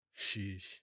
Sheesh